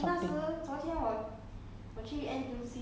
okay 除了豆腐明天我要去买一下